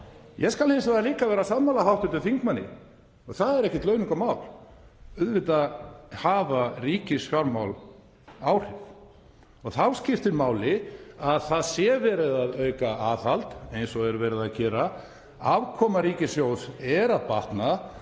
Ég skal hins vegar líka að vera sammála hv. þingmanni, og það er ekkert launungarmál, um að auðvitað hafa ríkisfjármál áhrif. Þá skiptir máli að það sé verið að auka aðhald eins og er verið að gera. Afkoma ríkissjóðs er að batna.